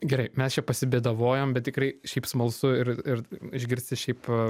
gerai mes čia pastebėdavo jam bet tikrai šiaip smalsu ir ir išgirsti šiaip